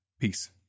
Peace